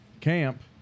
camp